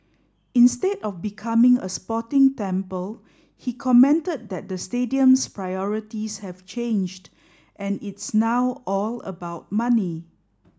instead of becoming a sporting temple he commented that the stadium's priorities have changed and it's now all about money